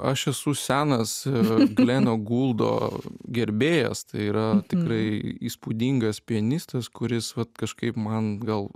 aš esu senas ir gleno guldo gerbėjas tai yra tikrai įspūdingas pianistas kuris vat kažkaip man gal